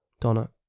Donna